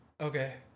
Okay